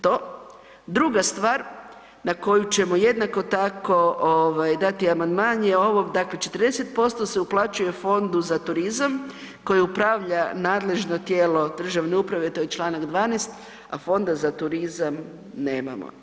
To, druga stvar na koju ćemo jednako tako dati amandman je ovo, dakle 40% se uplaćuje fondu za turizam koje upravlja nadležno tijelo državne uprave, to je čl. 12, a fonda za turizam nemamo.